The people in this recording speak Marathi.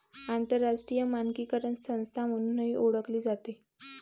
आंतरराष्ट्रीय मानकीकरण संस्था म्हणूनही ओळखली जाते